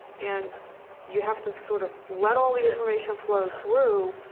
and you have to sort of let all the information flow through,